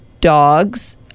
dogs